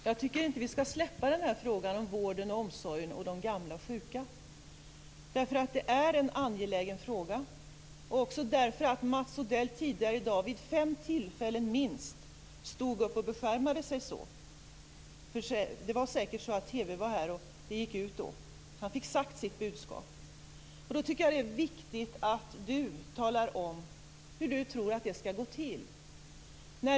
Herr talman! Jag tycker inte att vi skall släppa frågan om vården och omsorgen, de gamla och de sjuka, därför att det är en angelägen fråga. Den är också angelägen därför att Mats Odell vid minst fem tillfällen tidigare i dag beskärmade sig så. Det berodde säkert på att TV var här då, och han ville få ut sitt budskap. Det är då viktigt att Dan Ericsson talar om hur han tror att det skall gå till.